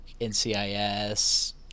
NCIS